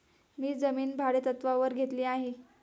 मी जमीन भाडेतत्त्वावर घेतली आहे